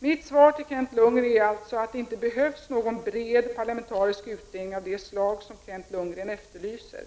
Mitt svar till Kent Lundgren är alltså att det inte behövs någon bred parlamentarisk utredning av det slag som Kent Lundgren efterlyser.